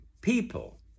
people